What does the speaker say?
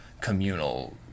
communal